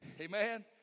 Amen